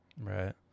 Right